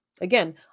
Again